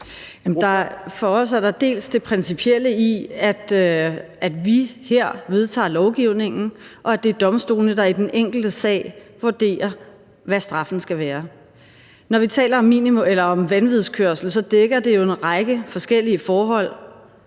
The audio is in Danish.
for os er der først det principielle i, at vi her vedtager lovgivningen, og at det er domstolene, der i den enkelte sag vurderer, hvad straffen skal være. Når vi taler om vanvidskørsel, dækker det jo en række forskellige forhold,